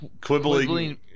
Quibbling